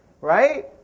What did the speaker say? right